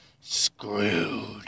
screwed